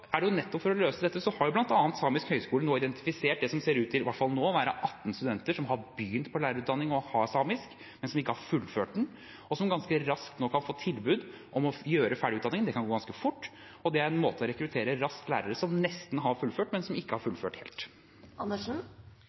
nettopp for å løse dette, nå identifisert det som i hvert fall nå ser ut til å være 18 studenter som har begynt på lærerutdanningen og har samisk, men som ikke har fullført den, og som ganske raskt nå kan få tilbud om å gjøre ferdig utdanningen. Det kan gå ganske fort, og det er en måte å raskt rekruttere lærere på som nesten har fullført, men som ikke har fullført